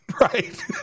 right